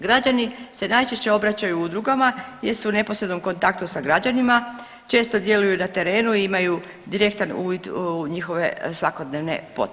Građani se najčešće obraćaju udrugama jer su u neposrednom kontaktu sa građanima, često djeluju na terenu i imaju direktan uvid u njihove svakodnevne potrebe.